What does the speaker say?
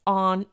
on